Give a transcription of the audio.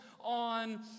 on